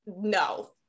no